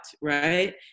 right